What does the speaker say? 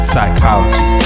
Psychology